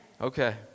Okay